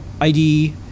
ID